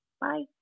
Bye